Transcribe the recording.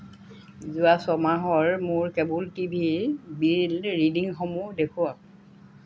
যোৱা ছয় মাহৰ মোৰ কেব'ল টি ভিৰ বিল ৰিডিংসমূহ দেখুৱাওক